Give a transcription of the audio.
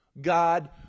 God